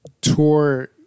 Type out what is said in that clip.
tour